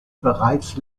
bereits